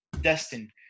Destin